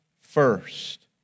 first